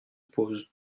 pose